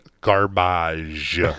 garbage